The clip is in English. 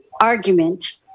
argument